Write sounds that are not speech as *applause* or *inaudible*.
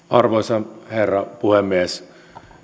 *unintelligible* arvoisa herra puhemies